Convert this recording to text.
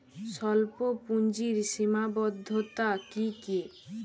স্বল্পপুঁজির সীমাবদ্ধতা কী কী?